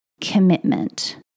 commitment